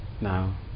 Now